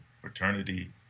fraternity